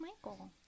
Michael